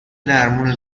درمون